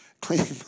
clean